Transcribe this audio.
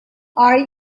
are